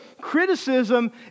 criticism